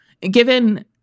given